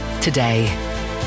today